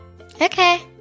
Okay